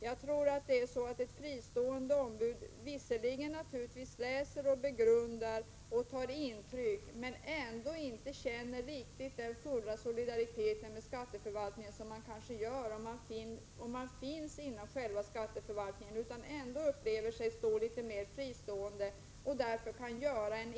Jag tror att ett fristående ombud visserligen naturligtvis läser och begrundar och tar intryck men ändå inte känner riktigt den fulla solidaritet med skatteförvaltningen som man kanske gör om man finns inom själva skatteförvaltningen.